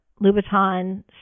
Louboutin